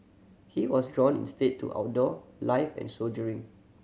he was drawn instead to outdoor life and soldiering